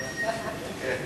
חוק